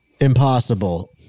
Impossible